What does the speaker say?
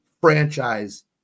franchise